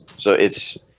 so, it's